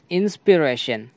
inspiration